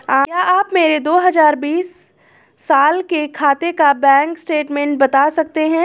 क्या आप मेरे दो हजार बीस साल के खाते का बैंक स्टेटमेंट बता सकते हैं?